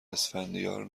اسفندیار